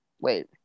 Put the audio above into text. wait